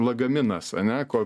lagaminas ane ko